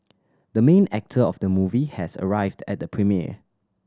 the main actor of the movie has arrived at the premiere